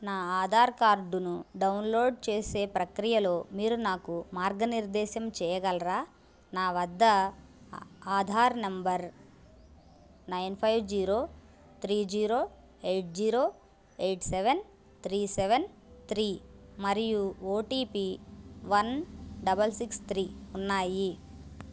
నా ఆధార్ కార్డును డౌన్లోడ్ చేసే ప్రక్రియలో మీరు నాకు మార్గనిర్దేశం చేయగలరా నా వద్ద Aadhaar number nine five zero three zero eight zero eight seven three seven three మరియు O T P one double six three ఉన్నాయి